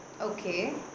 Okay